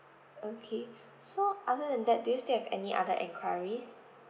okay so other than that do you still have any other enquiries